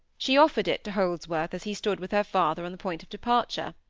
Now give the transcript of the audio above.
she offered it to holdsworth as he stood with her father on the point of departure.